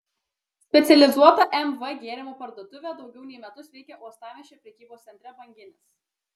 specializuota mv gėrimų parduotuvė daugiau nei metus veikia uostamiesčio prekybos centre banginis